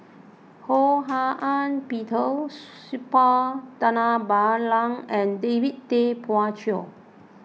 Ho Hak Ean Peter Suppiah Dhanabalan and David Tay Poey Cher